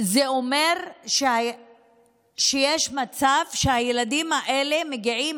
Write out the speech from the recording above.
זה אומר שיש מצב שהילדים האלה מגיעים